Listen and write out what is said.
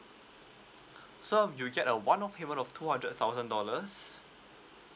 so you get a one off payment of two hundred thousand dollars